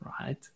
right